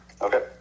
okay